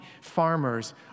farmers